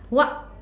what